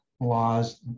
laws